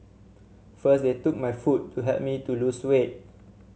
first they took my food to help me to lose weight